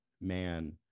man